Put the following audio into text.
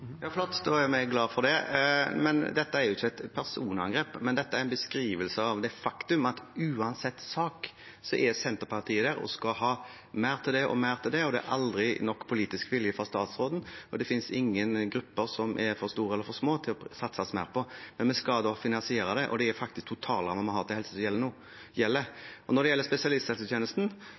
Flott, da er vi glad for det. Men dette er ikke et personangrep, dette er en beskrivelse av det faktum at uansett sak er Senterpartiet der og skal ha mer av det og mer av det, og det er aldri nok politisk vilje fra statsråden, og det finnes ingen grupper som er for store eller for små til å satses mer på. Men vi skal finansiere det, og nå er det faktisk totalrammen vi har til dette, som gjelder. Og når det gjelder spesialisthelsetjenesten,